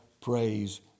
praise